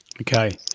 Okay